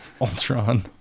Ultron